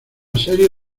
serie